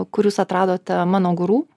kur jūs atradote mano guru